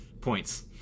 Points